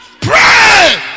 Pray